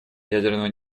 ядерного